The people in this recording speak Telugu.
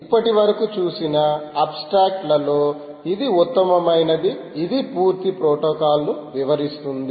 ఇప్పటివరకు చూసిన అబ్స్ట్రాక్ట్ లలో ఇధి ఉత్తమమైనది ఇది పూర్తి ప్రోటోకాల్ను వివరిస్తుంది